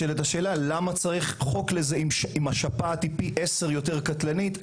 אז למה צריך חוק לזה אם השפעת היא פי 10 יותר קטלנית?